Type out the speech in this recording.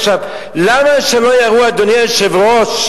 למה שלא יראו, אדוני היושב-ראש,